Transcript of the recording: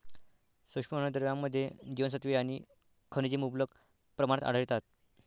सूक्ष्म अन्नद्रव्यांमध्ये जीवनसत्त्वे आणि खनिजे मुबलक प्रमाणात आढळतात